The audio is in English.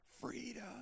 freedom